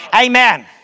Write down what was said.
Amen